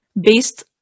based